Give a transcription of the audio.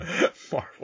Marvel